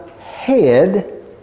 head